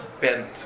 bent